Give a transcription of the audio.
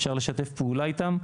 אפשר לשתף איתם פעולה,